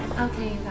okay